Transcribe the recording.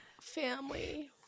family